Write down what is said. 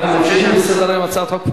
אנחנו ממשיכים בסדר-היום: הצעת חוק לתיקון